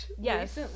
Yes